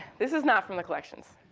this is not from the collections.